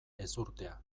ezurtea